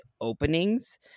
openings